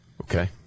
Okay